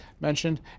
mentioned